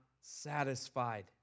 satisfied